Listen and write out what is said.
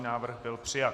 Návrh byl přijat.